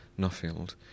Nuffield